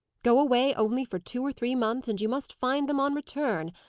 go away only for two or three months, and you must find them on return.